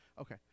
Okay